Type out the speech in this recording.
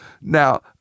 Now